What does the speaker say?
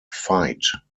fight